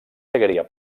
seguiria